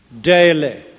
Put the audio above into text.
daily